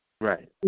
Right